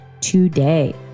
today